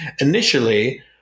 initially